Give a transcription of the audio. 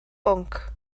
bwnc